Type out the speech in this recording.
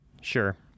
Sure